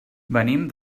venim